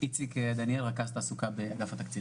איציק דניאל, רכז תעסוקה באגף התקציבים.